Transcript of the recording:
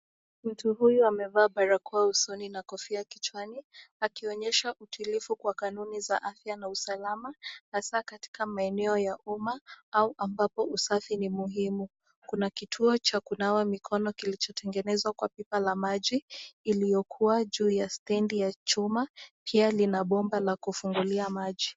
Mtu huyu amevaa barakoa usoni na kofia kichwani, akionyesha utilivu kwa kanuni za afya na usalama, hasa kataika maeneo ya umma, au ambapo usafi ni muhimu kuna kituo cha kunawa mikono kilichotengenezwa kwa pipa la maji, iliyokuwa juu ya stendi ya chuma, pia lina bomba la kufungulia maji.